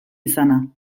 izana